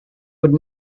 would